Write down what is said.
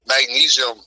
Magnesium